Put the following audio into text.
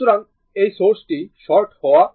সুতরাং এই সোর্সটি শর্ট হওয়া উচিত